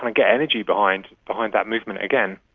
ah get energy behind behind that movement again.